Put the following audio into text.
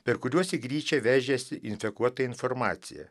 per kuriuos į gryčią veržiasi infekuota informacija